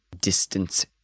distance